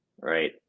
Right